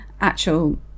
actual